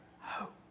hope